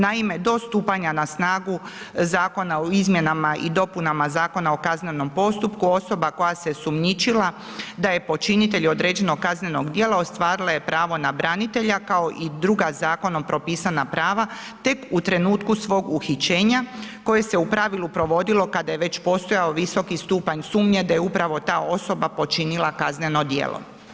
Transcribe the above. Naime, do stupanja na snagu Zakona o izmjenama i dopunama Zakona o kaznenom postupku osoba koja se sumnjičila da je počinitelj kaznenog djela ostvarila je pravo na branitelja kao i druga zakonom propisana prava tek u trenutku svog uhićenja koje se u pravilu provodilo kada je već postojao visoki stupanj sumnje da je upravo ta osoba počinila kazneno djelo.